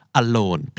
alone